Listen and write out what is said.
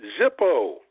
Zippo